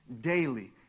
daily